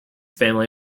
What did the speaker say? family